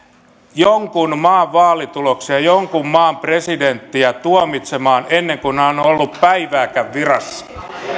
jonkun maan vaalituloksia jonkun maan presidenttiä tuomitsemaan ennen kuin hän on ollut päivääkään virassa